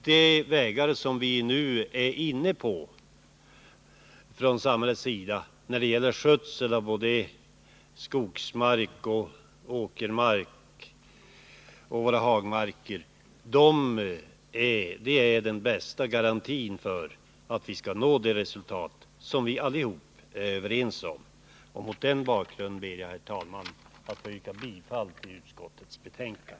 De vägar som samhället nu är inne på vad gäller skötsel av skogs-, åkeroch hagmarker utgör den bästa garantin för att uppnå ett resultat som vi alla kan vara nöjda med. Mot den bakgrunden, herr talman, ber jag att få yrka bifall till utskottets hemställan.